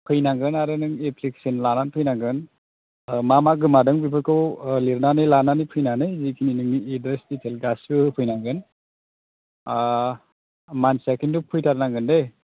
फैनांगोन आरो नों एप्लिकेसन लानानै फैनांगोन मा मा गोमादों बेफोरखौ लिरनानै लानानै फैनानै जिखिनि नोंनि एड्रेस दिटैल गासैबो होफैनांगोन मानसिया खिन्थु फैथारनांगोन दे